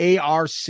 ARC